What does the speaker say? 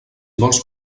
vols